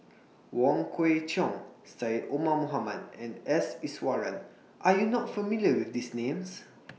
Wong Kwei Cheong Syed Omar Mohamed and S Iswaran Are YOU not familiar with These Names